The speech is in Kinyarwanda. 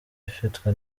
ifitwe